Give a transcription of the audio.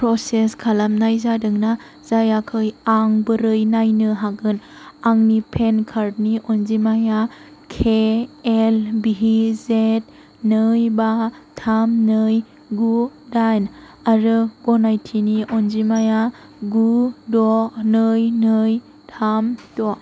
process खालामनाय जादों ना जायाखै आं बोरै नायनो हागोन आंनि पान कार्डनि अनजिमाया केएलबिजेट नै बा थाम नै गु दाइन आरो गनायथिनि अनजिमाया गु द' नै नै थाम द'